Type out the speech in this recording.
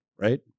right